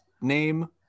Name